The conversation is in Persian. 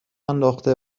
انداخته